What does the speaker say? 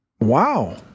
Wow